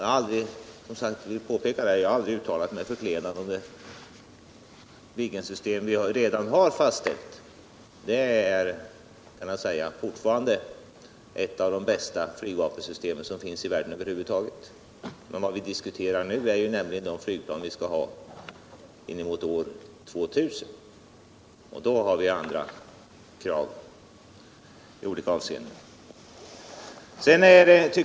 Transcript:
Jag har aldrig uttalat mig förklenande om det Viggensystem vi redan har fastställt. Det är fortfarande ett av de bästa flygvapensystemen i världen över huvud taget. Men vad vi diskuterar nu är ju de flygplan vi skall ha inemot år 2000, och då har vi andra krav i olika avseenden.